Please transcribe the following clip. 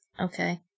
Okay